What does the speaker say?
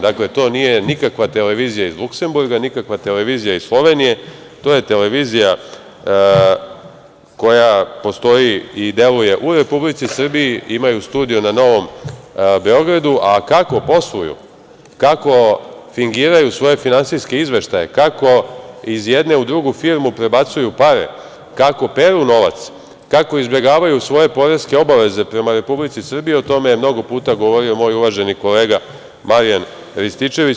Dakle, to nije nikakva televizija iz Luksemburga, nikakva televizija iz Slovenije, to je televizija koja postoji i deluje u Republici Srbiji, imaju studio na Novom Beogradu, a kako posluju, kako fingiraju svoje finansijske izveštaje, kako iz jedne u drugu firmu prebacuju pare, kako peru novac, kako izbegavaju svoje poreske obaveze prema Republici Srbiji, o tome je mnogo puta govorio moj uvaženi kolega Marijan Rističević.